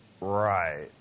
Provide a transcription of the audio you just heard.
right